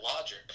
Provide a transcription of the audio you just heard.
logic